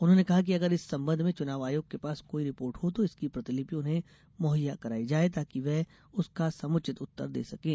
उन्होंने कहा है कि अगर इस संबंध में चुनाव आयोग के पास कोई रिपोर्ट हो तो इसकी प्रतिलिपि उन्हें मुहैया कराई जाए ताकि वे उसका समुचित उत्तर दे सकें